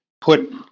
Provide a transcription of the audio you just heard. put